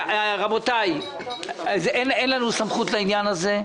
רבותיי, אין לנו סמכות בעניין הזה,